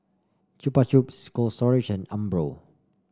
Chupa Chups Cold Storage and Umbro